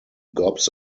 gobs